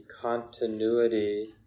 continuity